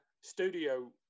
studio